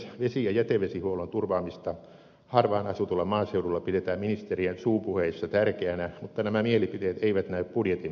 vesi ja jätevesihuollon turvaamista harvaanasutulla maaseudulla pidetään ministerien suupuheissa tärkeänä mutta nämä mielipiteet eivät näy budjetin määrärahoissa